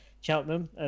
Cheltenham